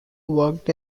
worked